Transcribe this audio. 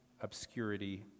obscurity